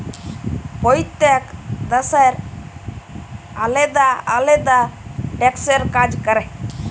প্যইত্তেক দ্যাশের আলেদা আলেদা ট্যাক্সের কাজ ক্যরে